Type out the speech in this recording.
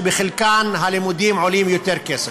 שבחלקן הלימודים עולים יותר כסף.